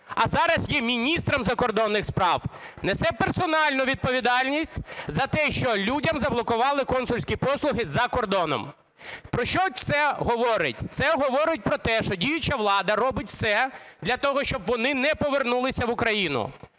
а зараз є міністром закордонних справ, несе персональну відповідальність за те, що людям заблокували консульські послуги за кодоном. Про що це говорить? Це говорить про те, що діюча влада робить все для того, щоб вони не повернулися в Україну,